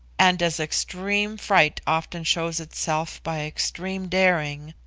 and as extreme fright often shows itself by extreme daring,